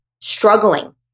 struggling